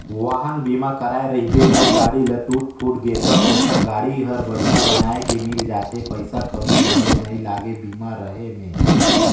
वाहन बीमा कराए रहिबे अउ गाड़ी ल टूट फूट गे त ओखर गाड़ी हर बड़िहा बनाये के मिल जाथे पइसा कउड़ी घलो नइ लागे बीमा रहें में